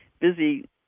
busy